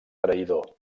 traïdor